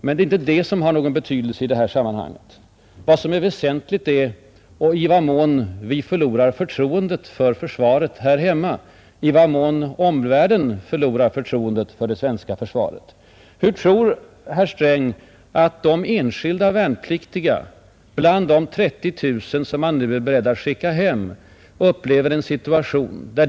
Men det är inte det som har någon betydelse i detta sammanhang; vad som är väsentligt är i vad mån vi här hemma förlorar förtroendet för försvaret och i vad mån omvärlden förlorar förtroendet för det svenska försvaret. Hur tror herr Sträng att de enskilda värnpliktiga bland de 30 000 som man nu är beredd att skicka hem upplever situationen?